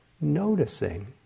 noticing